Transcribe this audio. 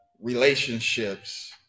relationships